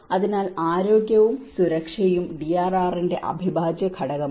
അതിനാൽ ആരോഗ്യവും സുരക്ഷയും ഡിആർആറിന്റെ അവിഭാജ്യ ഘടകമാണ്